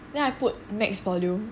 then I put max volume